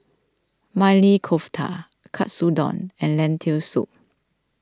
Maili Kofta Katsudon and Lentil Soup